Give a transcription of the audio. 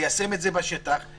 ליישם את זה בשטח,